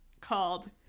called